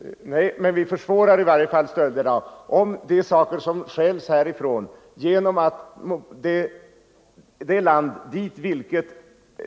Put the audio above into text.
Herr talman! Nej, men vi försvårar i varje fall stölderna om även det land till vilket